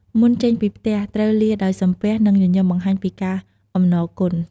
មុនចេញពីផ្ទះ ត្រូវលារដោយសំពះ និងញញឹមបង្ហាញពីការអំណរគុណ។